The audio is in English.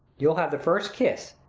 you'll have the first kiss,